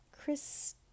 chris